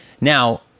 Now